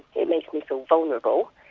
it makes me feel vulnerable.